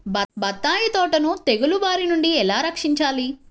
బత్తాయి తోటను తెగులు బారి నుండి ఎలా రక్షించాలి?